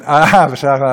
אה, בשעה האחרונה.